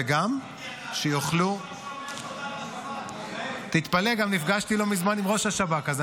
וגם שיוכלו --- השר לא שומר --- תתפלא,